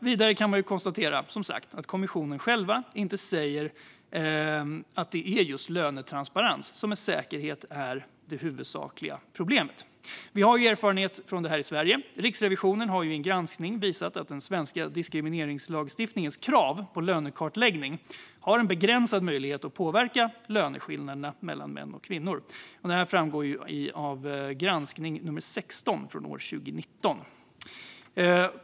Vidare kan man som sagt konstatera att kommissionen själv inte säger att det är just lönetransparens som med säkerhet är det huvudsakliga problemet. Vi har ju erfarenhet av det här i Sverige; Riksrevisionen har i en granskning visat att den svenska diskrimineringslagstiftningens krav på lönekartläggning har begränsad möjlighet att påverka löneskillnaderna mellan män och kvinnor. Detta framgår av granskning nummer 16 från år 2019.